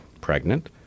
pregnant